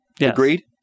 Agreed